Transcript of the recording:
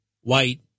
white